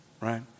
right